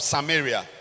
Samaria